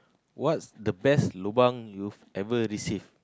what's the best lobang you've ever received